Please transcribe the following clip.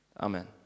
Amen